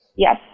Yes